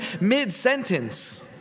mid-sentence